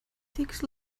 tiks